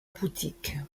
boutique